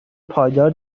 پایدار